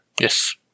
Yes